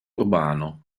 urbano